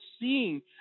seeing